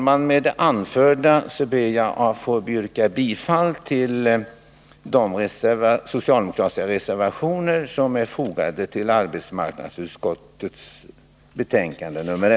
Med det anförda ber jag att få yrka bifall till de socialdemokratiska reservationerna, som är fogade till utskottets betänkande.